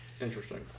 Interesting